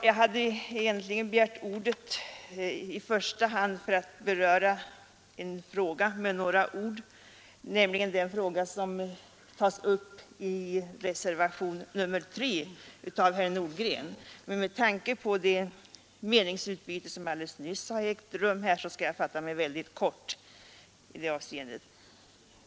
Herr talman! Jag hade begärt ordet i första hand för att beröra den fråga som tas upp i reservationen 3 av herr Nordgren, men med tanke på det meningsutbyte som alldeles nyss har ägt rum här skall jag fatta mig väldigt kort i det avseendet.